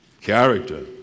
Character